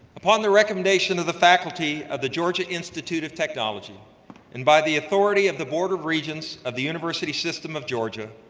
upon the recommendation of the faculty of the georgia institute of technology and by the authority of the board of regents of the university system of georgia,